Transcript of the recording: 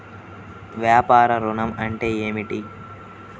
వ్యాపార ఋణం అంటే ఏమిటి?